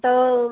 तो